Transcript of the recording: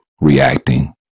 reacting